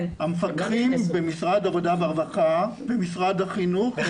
המפקחים במשרד העבודה והרווחה ובמשרד החינוך.